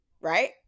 Right